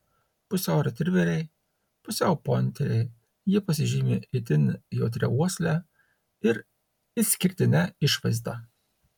pusiau retriveriai pusiau pointeriai jie pasižymi itin jautria uosle ir išskirtine išvaizda